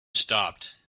stopped